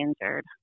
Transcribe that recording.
injured